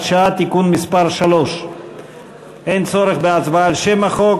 שעה) (תיקון מס' 3). אין צורך בהצבעה על שם החוק,